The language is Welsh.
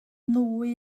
nwy